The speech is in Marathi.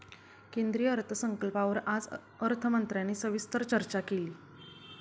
केंद्रीय अर्थसंकल्पावर आज अर्थमंत्र्यांनी सविस्तर चर्चा केली